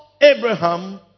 Abraham